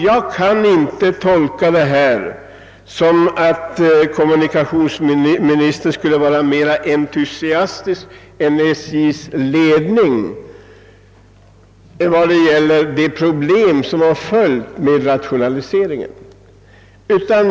Jag kan inte tolka svaret så att kommunikationsministern skulle vara mera entusiastisk än SJ:s ledning när det gäller de problem som följt med rationaliseringen.